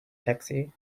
taxi